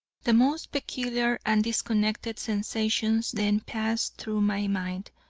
the most peculiar and disconnected sensations then passed through my mind.